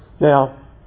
Now